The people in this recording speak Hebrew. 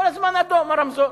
כל הזמן אדום, הרמזור,